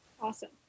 Awesome